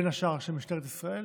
בין השאר של משטרת ישראל,